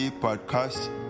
podcast